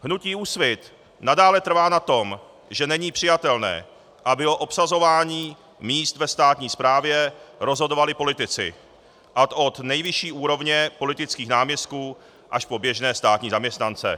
Hnutí Úsvit nadále trvá na tom, že není přijatelné, aby o obsazování míst ve státní správě rozhodovali politici, a to od nejvyšší úrovně politických náměstků až po běžné zaměstnance.